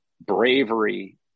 bravery